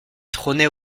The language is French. trônait